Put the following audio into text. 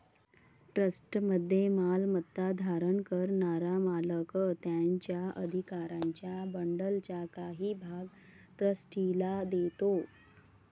ट्रस्टमध्ये मालमत्ता धारण करणारा मालक त्याच्या अधिकारांच्या बंडलचा काही भाग ट्रस्टीला देतो